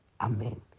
amen